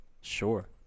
Sure